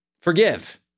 forgive